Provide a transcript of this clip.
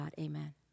Amen